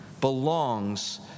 belongs